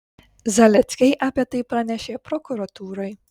zaleckiai apie tai pranešė prokuratūrai